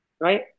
Right